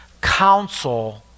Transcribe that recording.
counsel